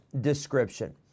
description